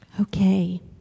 Okay